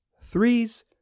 threes